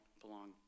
belong